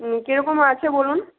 হুম কীরকম আছে বলুন